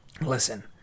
listen